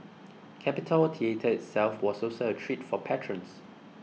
Capitol Theatre itself was also a treat for patrons